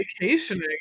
vacationing